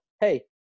Hey